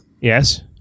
yes